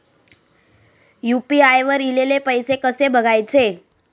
UPI वर ईलेले पैसे कसे बघायचे?